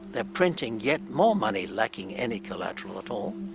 they're printing yet more money lacking any collateral at all.